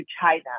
China